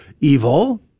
evil